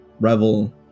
revel